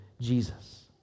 Jesus